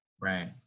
Right